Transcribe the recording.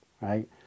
right